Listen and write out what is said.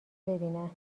ببینم